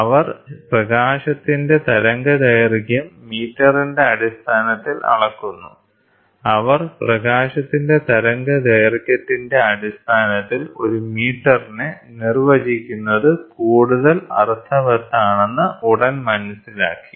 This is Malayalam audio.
അവർ പ്രകാശത്തിന്റെ തരംഗദൈർഘ്യം മീറ്ററിന്റെ അടിസ്ഥാനത്തിൽ അളക്കുന്നു അവർ പ്രകാശത്തിന്റെ തരംഗദൈർഘ്യത്തിന്റെ അടിസ്ഥാനത്തിൽ ഒരു മീറ്ററിനെ നിർവചിക്കുന്നത് കൂടുതൽ അർത്ഥവത്താണെന്ന് ഉടൻ മനസ്സിലാക്കി